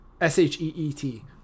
s-h-e-e-t